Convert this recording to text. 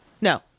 No